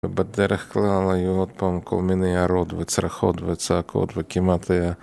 ובדרך כלל היו עוד פעם כל מיני הערות וצרחות וצעקות וכמעט היה